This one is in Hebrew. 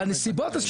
שבנסיבות.